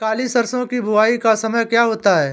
काली सरसो की बुवाई का समय क्या होता है?